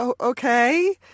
Okay